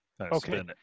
Okay